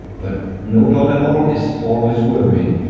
but no dot at all is always worrying.